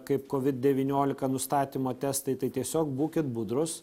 kaip covid devyniolika nustatymo testai tai tiesiog būkit budrus